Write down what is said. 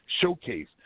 Showcase